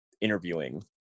interviewing